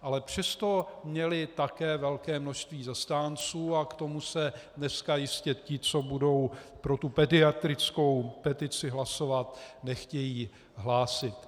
Ale přesto měli také velké množství zastánců a k tomu se dneska jistě ti, co budou pro tu pediatrickou petici hlasovat, nechtějí hlásit.